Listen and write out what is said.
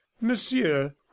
monsieur